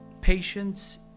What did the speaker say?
Patience